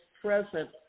present